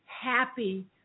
happy